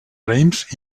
reims